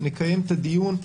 נקיים את הדיון.